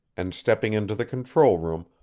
and stepping into the control room,